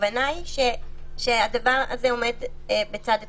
הכוונה היא שהדבר הזה עומד בצד התקנות.